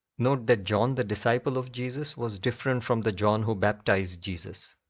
note that john, the disciple of jesus, was different from the john who baptized jesus.